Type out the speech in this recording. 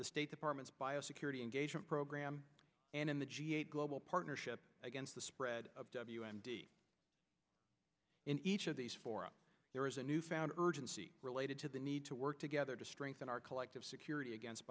the state department's bio security engagement program and in the g eight global partnership against the spread of w m d in each of these four there is a newfound urgency related to the need to work together to strengthen our collective security against